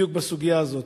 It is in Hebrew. בדיוק בסוגיה הזאת.